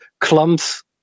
clumps